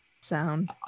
sound